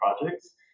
projects